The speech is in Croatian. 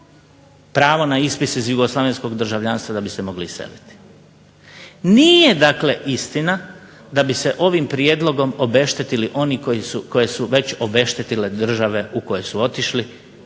pravo na ispis iz jugoslavenskog državljanstva da bi se mogli iseliti. Nije dakle istina da bi se ovim prijedlogom obeštetili oni koje su već obeštetile države u koje su otišle